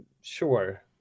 sure